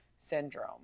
syndrome